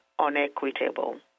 unequitable